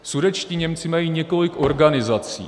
Sudetští Němci mají několik organizací.